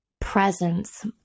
Presence